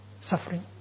suffering